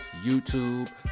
YouTube